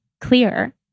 clear